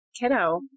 kiddo